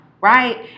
right